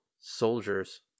Soldiers